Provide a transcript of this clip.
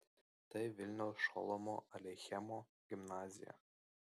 tai vilniaus šolomo aleichemo gimnazija